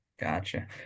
gotcha